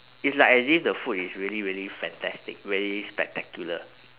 it's like as if the food is really really fantastic really spectacular